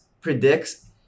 predicts